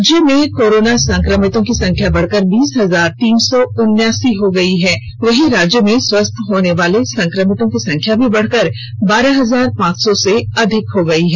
राज्य में कोरोना संक्रमितों की संख्या बढ़कर बीस हजार तीन सौ उनासी पहंच गयी है वहीं राज्य में स्वस्थ होने वाले संक्रमितों की संख्या भी बढकर बारह हजार पांच सौ से अधिक हो गयी है